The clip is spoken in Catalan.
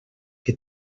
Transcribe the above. que